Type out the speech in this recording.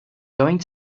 going